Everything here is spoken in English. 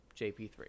JP3